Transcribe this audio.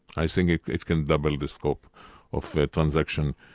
i think it can double the scope of transaction,